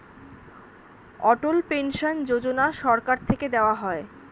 অটল pension Yojana সরকার থেকে দেওয়া হয়